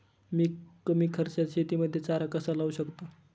मी कमी खर्चात शेतीमध्ये चारा कसा लावू शकतो?